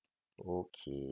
okay